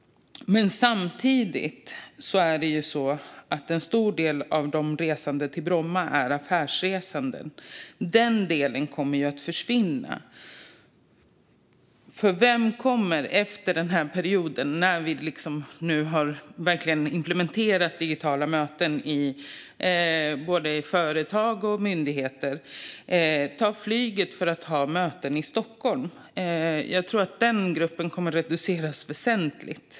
Samtidigt är det så att en stor del av de resande till Bromma är affärsresande. Den delen kommer att försvinna, för vem kommer efter den här perioden, när vi verkligen har implementerat digitala möten både i företag och i myndigheter, att ta flyget för att ha möten i Stockholm? Jag tror att denna grupp kommer att reduceras väsentligt.